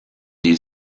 die